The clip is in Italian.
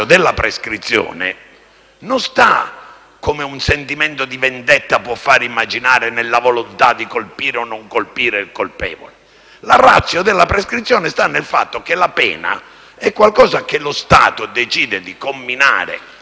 non sta, come un sentimento di vendetta può fare immaginare, nella volontà di colpire o non colpire il colpevole. La *ratio* della prescrizione sta nel fatto che la pena è qualcosa che lo Stato decide di comminare a un colpevole